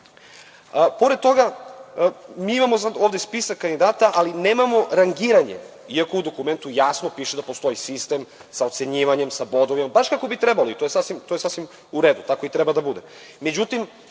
toga, mi ovde imamo spisak kandidata, ali nemamo rangiranje iako u dokumentu jasno piše da postoji sistem sa ocenjivanjem, sa bodovanjem, baš kako bi trebalo i to je sasvim u redu, tako i treba da bude.